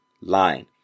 line